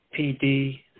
PD